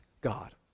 God